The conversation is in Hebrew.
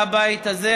מהבית הזה.